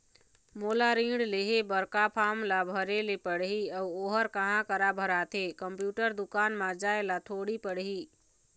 मोला ऋण लेहे बर का फार्म ला भरे ले पड़ही अऊ ओहर कहा करा भराथे, कंप्यूटर दुकान मा जाए ला थोड़ी पड़ही?